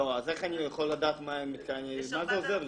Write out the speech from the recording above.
מה זה עוזר לי?